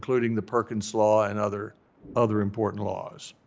including the perkins law and other other important laws.